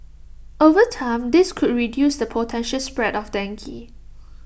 over time this could also reduce the potential spread of dengue